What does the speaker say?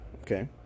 okay